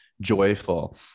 joyful